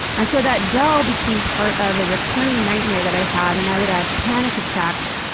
and so that doll became part of a recurring nightmare that i had, and i would have panic attacks,